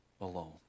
alone